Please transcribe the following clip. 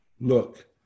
look